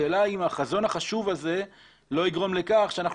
השאלה היא האם החזון החשוב הזה לא יגרום לכך שאנחנו